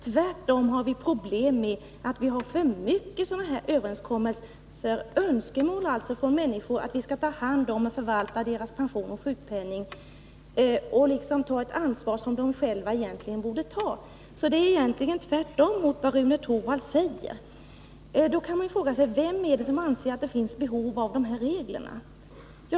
Tvärtom har vi problem med att alltför många människor vill att vi skall förvalta deras pension och sjukpenning och ta ett ansvar som de själva egentligen borde ta. Det förhåller sig alltså tvärtemot mot vad Rune Torwald säger. Då kan man fråga sig: Vem anser att det finns ett behov av dessa regler?